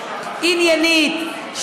עניינית,